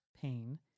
pain